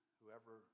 whoever